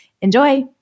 Enjoy